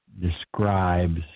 describes